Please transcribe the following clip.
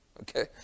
Okay